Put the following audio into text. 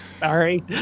sorry